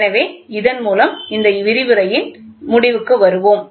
எனவே இதன் மூலம் இந்த விரிவுரையின் முடிவுக்கு வருவோம்